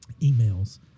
emails